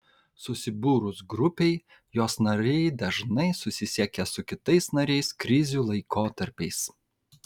susibūrus grupei jos nariai dažnai susisiekia su kitais nariais krizių laikotarpiais